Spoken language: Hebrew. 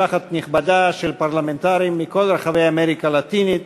משלחת נכבדה של פרלמנטרים מכל רחבי אמריקה הלטינית.